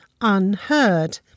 Unheard